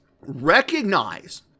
Recognize